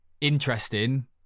Interesting